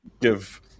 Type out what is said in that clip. give